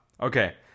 Okay